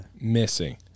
missing